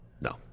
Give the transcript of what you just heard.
No